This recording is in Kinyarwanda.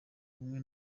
hamwe